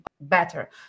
better